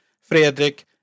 Fredrik